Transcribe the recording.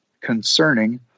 concerning